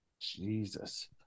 Jesus